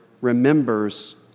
remembers